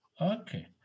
Okay